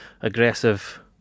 aggressive